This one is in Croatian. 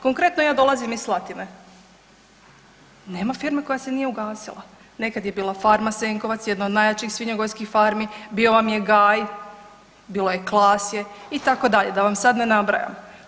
Konkretno, ja dolazim iz Slatine, nema firme koja se nije ugasila, nekad je bila farma „Senkovac“ jedna od najjačih svinjogojskih farmi, bilo vam je „Gaj“, bilo je „Klasje“ itd. da vam sad ne nabrajam.